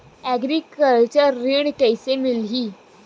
Agriculture ऋण कइसे मिलही?